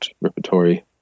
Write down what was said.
repertory